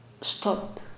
stop